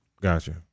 Gotcha